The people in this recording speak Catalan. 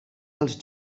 als